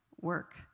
work